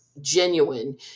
genuine